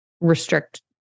restrict